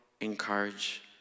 encourage